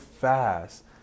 fast